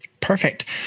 Perfect